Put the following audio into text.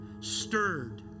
stirred